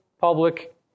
public